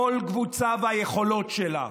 כל קבוצה והיכולות שלה,